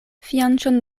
fianĉon